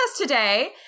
today